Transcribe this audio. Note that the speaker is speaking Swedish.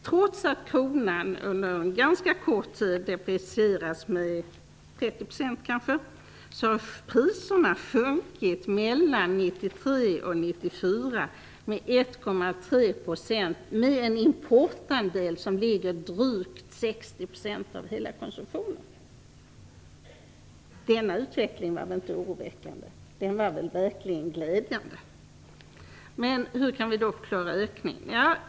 Trots att kronan under ganska kort tid deprecierats med kanske 30 % har priserna mellan 1993 och 1994 sjunkit med 1,3 %, med en importandel som ligger på drygt 60 % av hela konsumtionen. Denna utveckling var väl inte oroväckande? Den var verkligen glädjande. Hur kan vi då förklara ökningen?